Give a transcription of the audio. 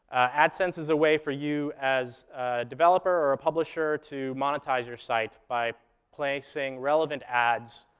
adsense is a way for you, as a developer or a publisher, to monetize your site by placing relevant ads